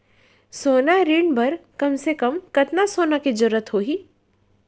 सोना ऋण बर कम से कम कतना सोना के जरूरत होही??